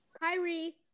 Kyrie